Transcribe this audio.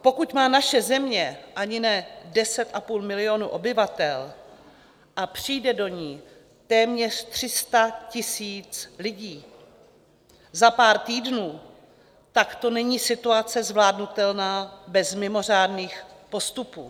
Pokud má naše země ani ne 10,5 milionu obyvatel a přijde do ní téměř 300 000 lidí za pár týdnů, tak to není situace zvládnutelná bez mimořádných postupů.